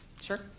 Sure